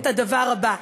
את הדבר הבא.